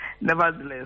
nevertheless